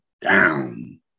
down